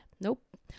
Nope